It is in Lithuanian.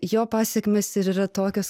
jo pasekmės ir yra tokios